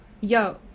Yo